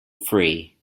free